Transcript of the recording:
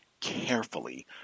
carefully